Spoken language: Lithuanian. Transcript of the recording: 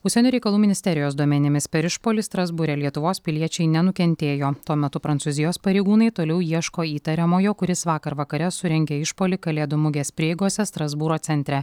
užsienio reikalų ministerijos duomenimis per išpuolį strasbūre lietuvos piliečiai nenukentėjo tuo metu prancūzijos pareigūnai toliau ieško įtariamojo kuris vakar vakare surengė išpuolį kalėdų mugės prieigose strasbūro centre